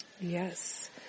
Yes